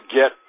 get